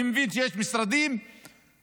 אני מבין שיש משרדים קבועים,